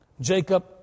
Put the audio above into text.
Jacob